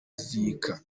zika